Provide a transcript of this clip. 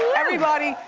everybody,